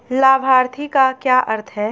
लाभार्थी का क्या अर्थ है?